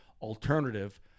alternative